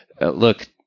look